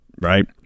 right